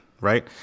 right